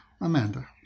Amanda